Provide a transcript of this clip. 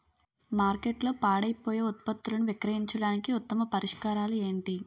మార్కెట్లో పాడైపోయే ఉత్పత్తులను విక్రయించడానికి ఉత్తమ పరిష్కారాలు ఏంటి?